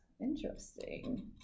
Interesting